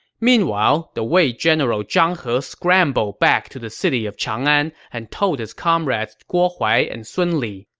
meanwhile, the wei general zhang he scrambled back to the city of chang'an and told his comrades guo huai and sun li,